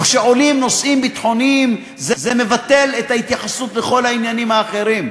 וכשעולים נושאים ביטחוניים זה מבטל את ההתייחסות לכל העניינים האחרים.